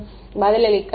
மாணவர் பதிலளிக்க